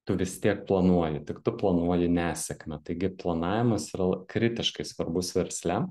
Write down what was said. tu vis tiek planuoji tik tu planuoji nesėkmę taigi planavimas yra l kritiškai svarbus versle